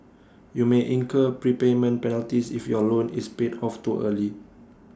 you may incur prepayment penalties if your loan is paid off too early